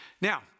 Now